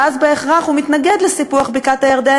ואז בהכרח הוא מתנגד לסיפוח בקעת-הירדן,